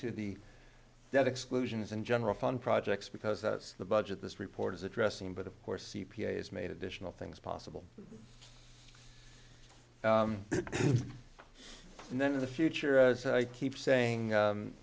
to the debt exclusions and general fund projects because that's the budget this report is addressing but of course c p a s made additional things possible and then in the future as i keep saying